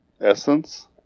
Essence